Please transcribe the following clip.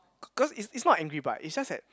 cause cause it's it's not angry but it's just that